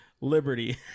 liberty